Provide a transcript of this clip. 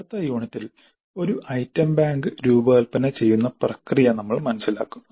അടുത്ത യൂണിറ്റിൽ ഒരു ഐറ്റം ബാങ്ക് രൂപകൽപ്പന ചെയ്യുന്ന പ്രക്രിയ നമ്മൾ മനസിലാക്കും